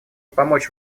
помочь